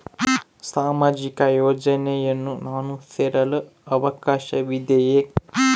ಸಾಮಾಜಿಕ ಯೋಜನೆಯನ್ನು ನಾನು ಸೇರಲು ಅವಕಾಶವಿದೆಯಾ?